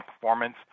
performance